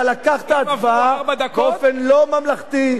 אתה לקחת הצבעה באופן לא ממלכתי.